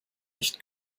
nicht